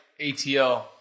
ATL